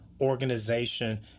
organization